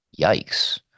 Yikes